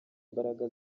imbaraga